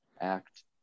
act